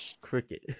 Cricket